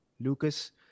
Lucas